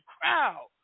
crowd